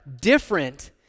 different